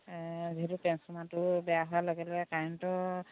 যিহেতু ট্ৰেঞ্চফৰমাৰটো বেয়া হোৱাৰ লগে লগে কাৰেণ্টৰ